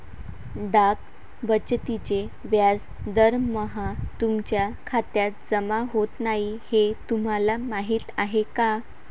डाक बचतीचे व्याज दरमहा तुमच्या खात्यात जमा होत नाही हे तुम्हाला माहीत आहे का?